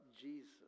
Jesus